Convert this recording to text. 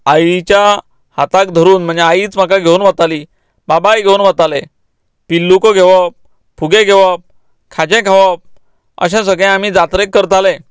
आईच्या हाताक धरून म्हणजे आईच म्हाका घेवन वताली बाबाय घेवन वताले पिल्लुको घेवप फुगे घेवप खाजे घेवप अशें सगळे आमी जात्रेक करताले